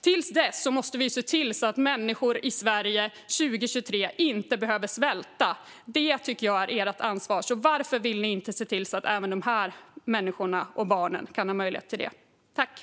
Till dess måste vi se till att människor i Sverige 2023 inte behöver svälta. Det är ert ansvar. Varför vill ni inte se till att även de här människorna och barnen får möjlighet att slippa det?